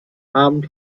abend